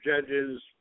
judges